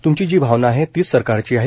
तूमची जी भावना आहे तीच सरकारची आहे